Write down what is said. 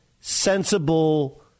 sensible